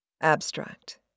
Abstract